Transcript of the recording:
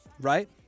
right